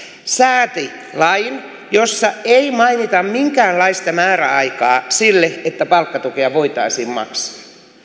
sääti lain jossa ei mainita minkäänlaista määräaikaa sille että palkkatukea voitaisiin maksaa